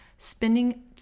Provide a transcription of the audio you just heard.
spending